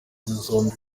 zombi